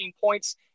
points